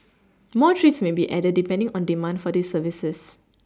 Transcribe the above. more trips may be added depending on demand for these services